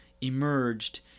emerged